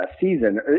season